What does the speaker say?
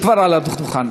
שכבר על הדוכן.